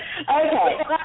Okay